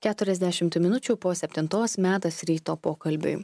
keturiasdešimt minučių po septintos metas ryto pokalbiui